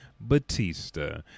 Batista